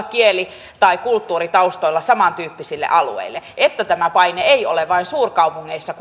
kieli tai kulttuuritaustoilla samantyyppisille alueille että tämä paine ei ole vain suurkaupungeissa